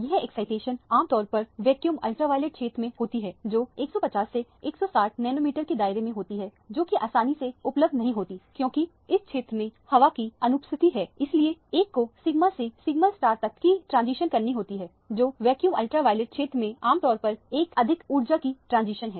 यह एक्साइटेशन आमतौर पर वेक्यूम अल्ट्रावॉयलेट क्षेत्र में होती है जो150 से 160 नैनोमीटर के दायरे में होती है जो कि आसानी से उपलब्ध नहीं होती क्योंकि इस क्षेत्र में हवा की अनुपस्थिति है इसीलिए एक को सिगमा से सिगमा तक कि ट्रांजीशन करनी होती है जो वेक्यूम अल्ट्रावॉयलेट क्षेत्र में आमतौर पर एक अधिक ऊर्जा की ट्रांजिशन है